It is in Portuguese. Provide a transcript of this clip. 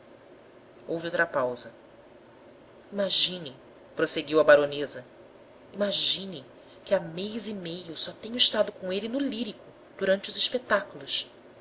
houve outra pausa imagine prosseguiu a baronesa imagine que há mês e meio só tenho estado com ele no lírico durante os espetáculos